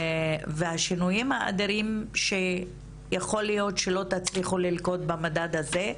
והשינויים האדירים שיכול להיות שלא תצליחו ללכוד במדד הזה,